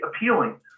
appealing